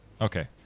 Okay